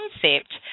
concept